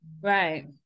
Right